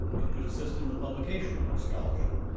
it could assist in the publication of scholarship,